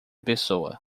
pessoa